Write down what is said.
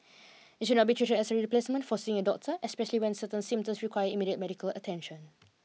it should not be treated as a replacement for seeing a doctor especially when certain symptoms require immediate medical attention